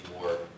more